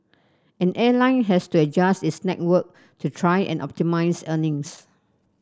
an airline has to adjust its network to try and optimise earnings